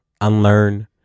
unlearn